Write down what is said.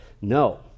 No